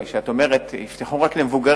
את מבקשת שיפתחו רק למבוגרים,